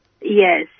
Yes